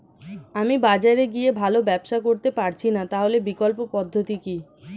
আমি বাজারে গিয়ে ভালো ব্যবসা করতে পারছি না তাহলে বিকল্প পদ্ধতি কি?